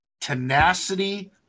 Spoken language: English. tenacity